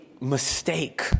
mistake